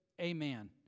Amen